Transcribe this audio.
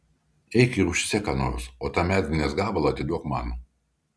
eik ir užsisek kurią nors o tą medvilnės gabalą atiduok man